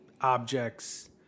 objects